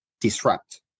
disrupt